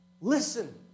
Listen